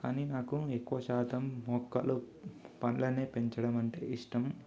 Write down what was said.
కానీ నాకు ఎక్కువ శాతం మొక్కలు పండ్లనే పెంచడమంటే ఇష్టం